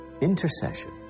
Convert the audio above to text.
Intercession